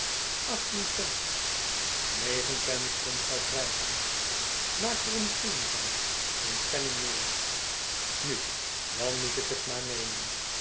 achttien pence negen pence kunt gij krijgen maak er een shilling van geen penning meer u nu dan moet ik het maar nemen